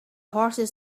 horses